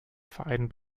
vereinen